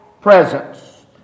presence